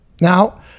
Now